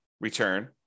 return